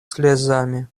слезами